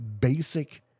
basic